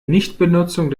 nichtbenutzung